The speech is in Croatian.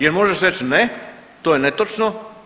Jer možeš reći ne, to je netočno.